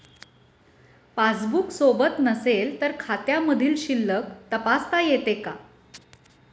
Passbook सोबत नसेल तर खात्यामधील शिल्लक तपासता येते का?